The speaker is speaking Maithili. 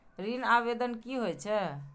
ऋण आवेदन की होय छै?